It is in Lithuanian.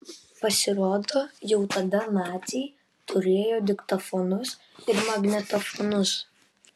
pasirodo jau tada naciai turėjo diktofonus ir magnetofonus